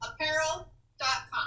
Apparel.com